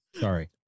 Sorry